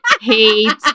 hate